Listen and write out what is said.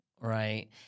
Right